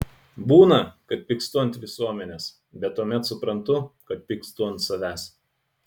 būna kad pykstu ant visuomenės bet tuomet suprantu kad pykstu ant savęs